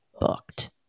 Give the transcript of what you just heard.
booked